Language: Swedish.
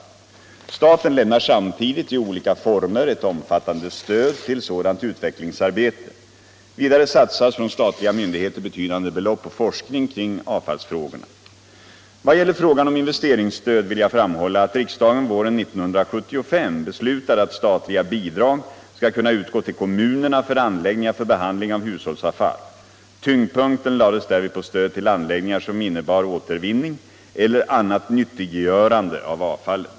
Staten lämnar samtidigt i olika former ett omfattande stöd till sådant utvecklingsarbete. Vidare satsas från statliga myndigheter betydande belopp på forskning kring avfallsfrågorna. Vad gäller frågan om investeringsstöd vill jag framhålla att riksdagen våren 1975 beslutade att statliga bidrag skulle kunna utgå till kommunerna för anläggningar för behandling av hushållsavfall. Tyngdpunkten lades därvid på stöd till anläggningar som innebar återvinning eller annat nyttiggörande av avfallet.